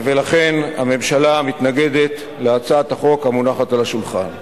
ולכן הממשלה מתנגדת להצעת החוק המונחת על השולחן.